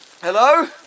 Hello